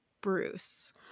Bruce